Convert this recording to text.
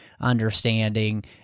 understanding